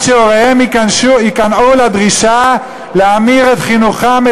שהוריהם ייכנעו לדרישה להמיר את חינוכם,